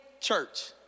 church